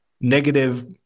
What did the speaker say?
negative